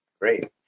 Great